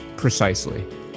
Precisely